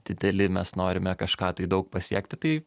dideli mes norime kažką tai daug pasiekti tai